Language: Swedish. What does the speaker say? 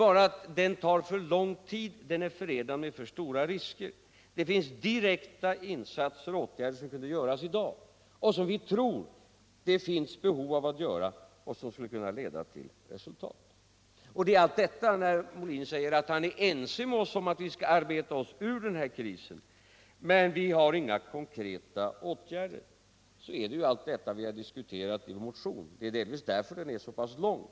Men den tar lång tid, och den är förenad med för stora risker. Det finns direkta insatser som kan göras och direkta åtgärder som kan vidtas. Vi tror att det finns ett stort behov av att göra det och att det skulle kunna leda till eu gott resultat. När Björn Molin säger att han är ense med oss om att vi skall försöka arbeta oss ur den nuvarande krisen, men att vi inte har några konkreta åtgärder att föreslå, så är det ju just det vi har diskuterat i vår motion. Det är delvis därför som den är så pass lång.